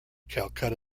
calcutta